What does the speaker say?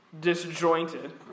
disjointed